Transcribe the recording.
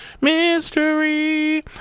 mystery